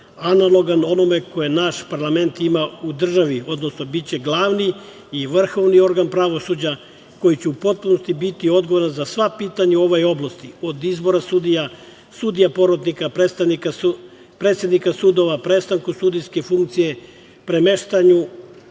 analogan onome koje naš parlament ima u državi, odnosno biće glavni i vrhovni organ pravosuđa koji će u potpunosti biti odgovoran za sva pitanja u ovoj oblasti, od izbora sudija, sudija porotnika, predsednika sudova, prestanku sudijske funkcije, premeštanju